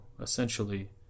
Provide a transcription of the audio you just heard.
essentially